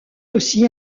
aussi